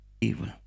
evil